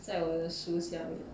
在我的书下面